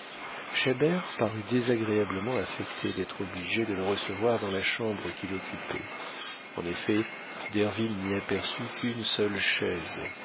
chabert parut désagréablement affecté d'être obligé de le recevoir dans la chambre qu'il occupait en effet derville n'y aperçut qu'une seule chaise